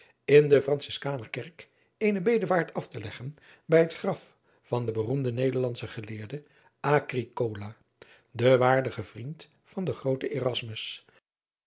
in de ranciskaner kerk eene bedevaart af te leggen bij het graf van den beroemden ederlandschen geleerde den waardigen vriend van den grooten